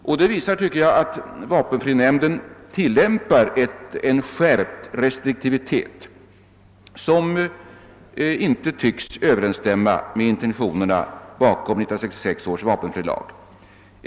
Detta ger vid handen, tycker jag, att vapenfrinämnden tillämpar en skärpt re striktivitet som inte synes överensstämma med intentionerna bakom 1966 års vapenfrilag.